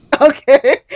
Okay